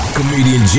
Comedian